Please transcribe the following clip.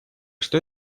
что